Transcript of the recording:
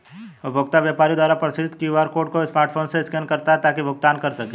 उपभोक्ता व्यापारी द्वारा प्रदर्शित क्यू.आर कोड को स्मार्टफोन से स्कैन करता है ताकि भुगतान कर सकें